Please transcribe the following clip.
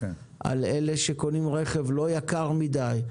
אלה שקונים רכב לא יקר מדי,